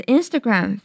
Instagram